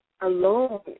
alone